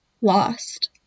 lost